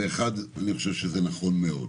ואחד אני חושב שזה נכון מאוד.